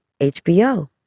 HBO